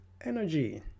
energy